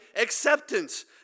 acceptance